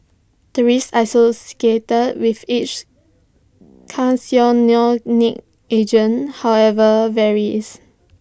the risk with each agent however varies